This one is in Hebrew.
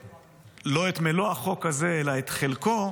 לא את מלוא החוק הזה אלא את חלקו,